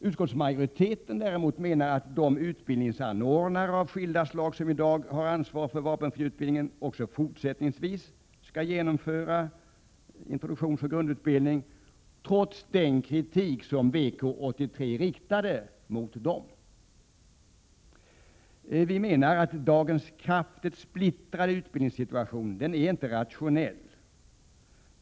Utskottsmajoriteten däremot menar att de utbildningsanordnare av skilda slag som i dag har ansvar för vapenfriutbildningen också fortsättningsvis skall genomföra introduktionsoch grundutbildningen, trots den kritik som VK 83 riktade mot denna. Vi menar att dagens kraftigt splittrade utbildningssituation inte är rationell.